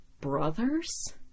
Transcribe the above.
brothers